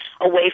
away